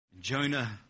Jonah